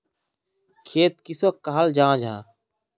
खेत किसोक कहाल जाहा जाहा?